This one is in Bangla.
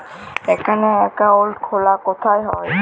এখানে অ্যাকাউন্ট খোলা কোথায় হয়?